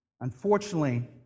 Unfortunately